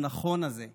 הנכון כל כך הזה.